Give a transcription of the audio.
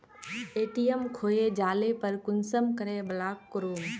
ATM खोये जाले पर कुंसम करे ब्लॉक करूम?